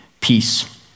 peace